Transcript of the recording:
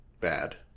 bad